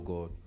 God